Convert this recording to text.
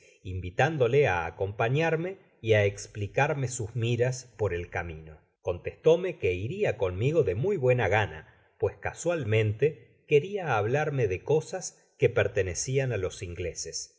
invitándole á acompañarme y á esplicarme sus miras por el camino contestóme que iria conmigo de muy buena gana pues casualmente queria hablarme de cosas que pertenecian á los ingleses